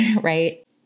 right